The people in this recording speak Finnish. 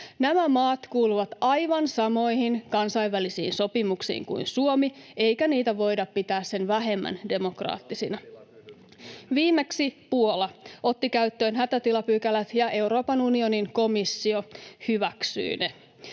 Nämä maat kuuluvat aivan samoihin kansainvälisiin sopimuksiin kuin Suomi, eikä niitä voida pitää sen vähemmän demokraattisina. [Perussuomalaisten ryhmästä: Tahtotilakysymys!] Viimeksi Puola otti käyttöön hätätilapykälät, ja Euroopan unionin komissio hyväksyi ne.